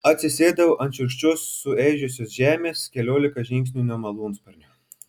atsisėdau ant šiurkščios sueižėjusios žemės keliolika žingsnių nuo malūnsparnio